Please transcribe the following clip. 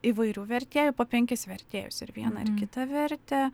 įvairių vertėjų po penkis vertėjus ir vieną ir kitą vertė